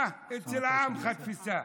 אה, אצל העמך, בתפיסה,